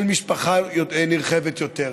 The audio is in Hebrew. של משפחה נרחבת יותר.